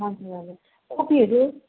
हजुर हजुर कोपीहरू